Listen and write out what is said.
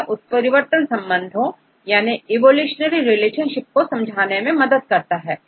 यह उत्परिवर्तन संबंधोंको समझने के लिए है